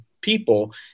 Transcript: people